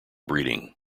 breeding